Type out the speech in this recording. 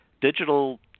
digital